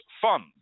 Fund